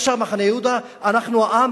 ישר מחנה-יהודה: אנחנו העם,